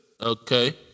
Okay